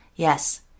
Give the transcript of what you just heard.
Yes